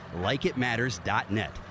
LikeItMatters.net